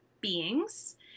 beings